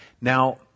Now